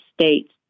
States